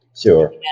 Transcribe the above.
Sure